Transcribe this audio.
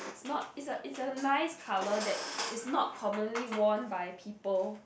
it's not it's a it's a nice colour that is not commonly worn by people